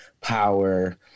power